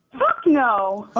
fuck no,